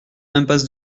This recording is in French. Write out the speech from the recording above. impasse